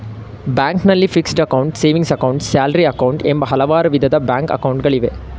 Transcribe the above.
ಬ್ಯಾಂಕ್ನಲ್ಲಿ fixed account, saving account, salary account, ಎಂಬ ಹಲವಾರು ವಿಧದ ಬ್ಯಾಂಕ್ ಅಕೌಂಟ್ ಗಳಿವೆ